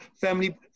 family